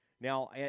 Now